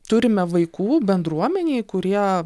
turime vaikų bendruomenėj kurie